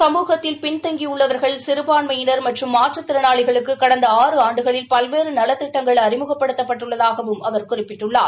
சமூகத்தில் பின்தங்கியுள்ளவர்கள் சிறுபான்மையினா மற்றும் மாற்றுத்திறனாளிகளுக்கு கடந்த ஆறு ஆண்டுகளில் பல்வேறு நலத்திட்டங்கள் அறிமுகப்படுத்தப்பட்டுள்ளதகாவும் அவர் குறிப்பிட்டுள்ளார்